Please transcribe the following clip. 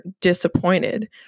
disappointed